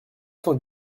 cent